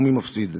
ומי מפסיד.